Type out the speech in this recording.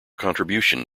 contribution